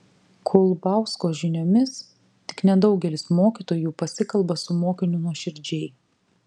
kulbausko žiniomis tik nedaugelis mokytojų pasikalba su mokiniu nuoširdžiai